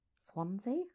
Swansea